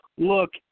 look